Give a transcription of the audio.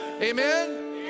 Amen